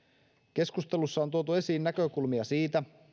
keskustelussa on tuotu esiin näkökulmia siitä